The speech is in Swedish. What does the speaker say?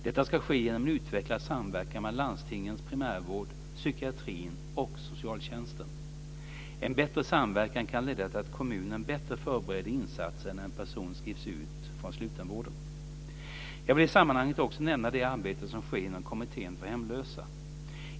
Detta ska ske genom en utvecklad samverkan mellan landstingens primärvård, psykiatrin och socialtjänsten. En bättre samverkan kan leda till att kommunen bättre förbereder insatser när en person skrivs ut från slutenvård. Jag vill i sammanhanget också nämna det arbete som sker inom Kommittén för hemlösa.